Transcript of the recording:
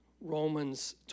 Romans